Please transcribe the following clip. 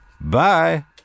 bye